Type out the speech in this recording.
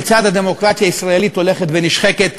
כיצד הדמוקרטיה הישראלית הולכת ונשחקת.